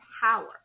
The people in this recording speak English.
power